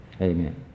Amen